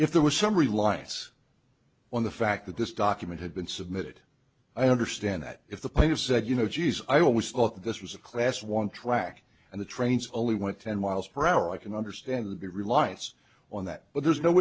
if there was some reliance on the fact that this document had been submitted i understand that if the player said you know jeez i always thought this was a class one track and the trains only went ten miles per hour i can understand that the reliance on that but there's no